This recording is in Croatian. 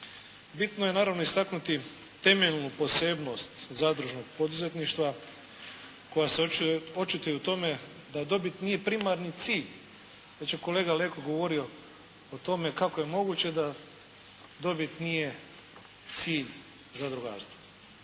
Bitno je, naravno istaknuti temeljnu posebnost zadružnog poduzetništva koja se očituju u tome da dobit nije primarni cilj. Već je kolega Leko govorio o tome kako je moguće da dobit nije cilj zadrugarstva.